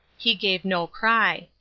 he gave no cry.